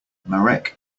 marek